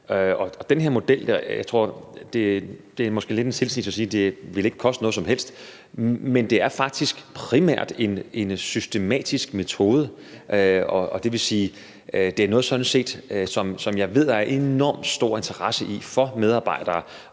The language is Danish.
som har demenssymptomer. Det er måske lidt en tilsnigelse at sige, at den her model ikke vil koste noget som helst. Men det er faktisk primært en systematisk metode. Det vil sige, at det sådan set er noget, som jeg ved der er enormt stor interesse i fra medarbejdernes